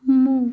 ମୁଁ